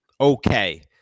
okay